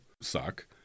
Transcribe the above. suck